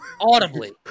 Audibly